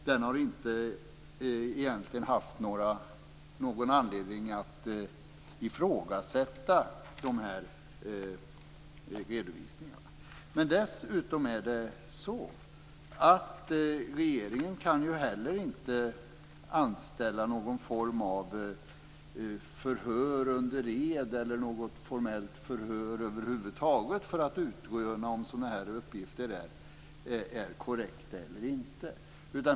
Regeringen har egentligen inte haft någon anledning att ifrågasätta dessa redovisningar. Dessutom kan regeringen heller inte anställa någon form av förhör under ed eller något formellt förhör över huvud taget för att utröna om sådana uppgifter är korrekta eller inte.